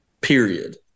period